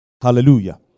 Hallelujah